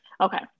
Okay